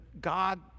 God